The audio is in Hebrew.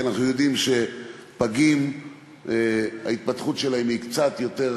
כי אנחנו יודעים שהתפתחות של פגים היא קצת יותר